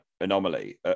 anomaly